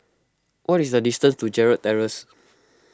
what is the distance to Gerald Terrace